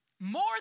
More